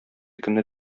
көнне